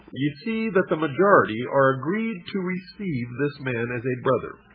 ye see that the majority are agreed to receive this man as a brother.